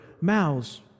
mouths